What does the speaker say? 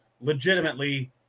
legitimately